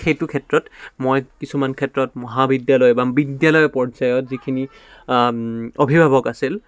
সেইটো ক্ষেত্ৰত মই কিছুমান ক্ষেত্ৰত মহাবিদ্যালয় বা বিদ্যালয় পৰ্যায়ত যিখিনি অভিভাৱক আছিল